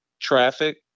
traffic